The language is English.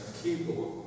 keyboard